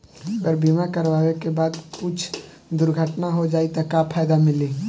अगर बीमा करावे के बाद कुछ दुर्घटना हो जाई त का फायदा मिली?